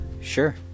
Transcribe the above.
sure